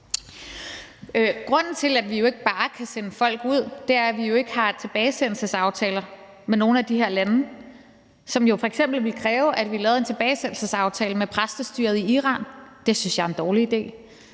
Grunden til, at vi ikke bare kan sende folk ud, er jo, at vi ikke har tilbagesendelsesaftaler med nogle af de her lande. Det ville jo f.eks. kræve, at vi lavede en tilbagesendelsesaftale med præstestyret i Iran. Det synes jeg er en dårlig idé.